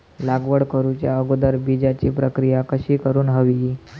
लागवड करूच्या अगोदर बिजाची प्रकिया कशी करून हवी?